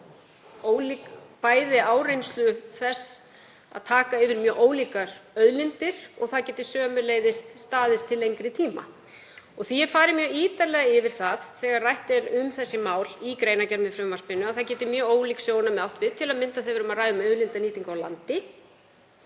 bæði áreynslu þess að taka yfir mjög ólíkar auðlindir og að það geti sömuleiðis staðist til lengri tíma. Því er farið mjög ítarlega yfir það þegar rætt er um þessi mál í greinargerð með frumvarpinu að mjög ólík sjónarmið geti átt við, til að mynda þegar við ræðum um auðlindanýtingu á landi,